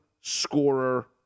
scorer